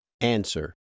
Answer